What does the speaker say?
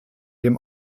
dem